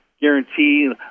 guarantee